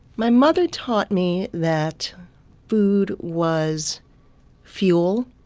my mother taught me that food was fuel.